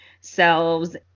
selves